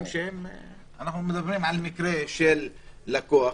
אנחנו מדברים על מקרה של לקוח,